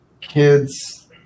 kids